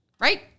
Right